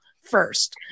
first